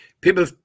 people